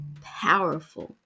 powerful